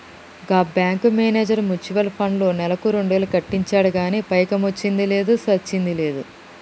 గా bank manager mutual ఫండ్లో నెలకు రెండేలు కట్టించిండు గానీ పైకమొచ్చ్చింది లేదు, సచ్చింది లేదు